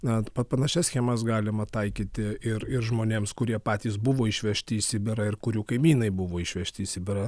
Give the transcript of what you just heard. net panašias schemas galima taikyti ir ir žmonėms kurie patys buvo išvežti į sibirą ir kurių kaimynai buvo išvežti į sibirą